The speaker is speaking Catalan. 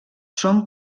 són